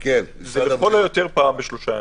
לכל היותר פעם בשלושה ימים.